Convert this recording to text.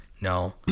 No